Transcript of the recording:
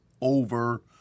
over